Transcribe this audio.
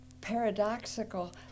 paradoxical